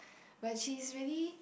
but she is really